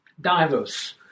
diverse